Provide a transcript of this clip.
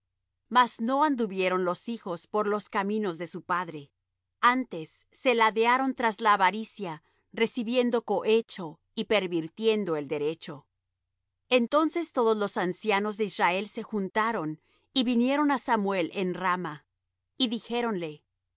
mas no anduvieron los hijos por los caminos de su padre antes se ladearon tras la avaricia recibiendo cohecho y pervirtiendo el derecho entonces todos los ancianos de israel se juntaron y vinieron á samuel en rama y dijéronle he